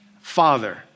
father